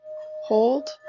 hold